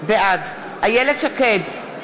בעד איילת שקד,